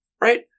right